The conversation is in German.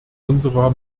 unserer